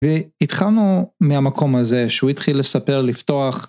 והתחלנו מהמקום הזה שהוא התחיל לספר לפתוח.